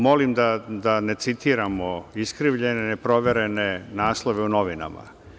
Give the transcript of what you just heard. Molim da ne citiramo iskrivljene, neproverene naslove u novinama.